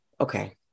okay